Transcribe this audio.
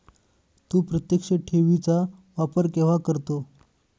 तू प्रत्यक्ष ठेवी चा वापर केव्हा करतो?